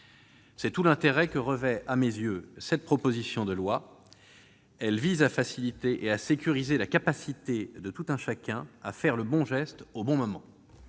C'est tout l'intérêt que revêt, à mes yeux, cette proposition de loi. Elle vise à faciliter et à sécuriser la capacité de tout un chacun à faire le bon geste au bon moment.